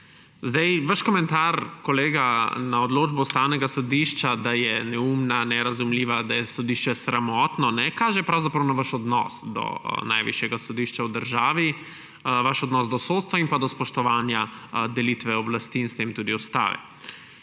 Vaš komentar, kolega, na odločbo Ustavnega sodišča, da je neumna, nerazumljiva, da je sodišče sramotno, kaže na vašo odnos do najvišjega sodišča v državi, vaš odnos do sodstva in do spoštovanja delitve oblasti in s tem tudi ustave.